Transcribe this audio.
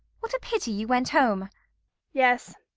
what a pity you went home yes,